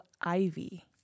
Ivy